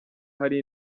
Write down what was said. hari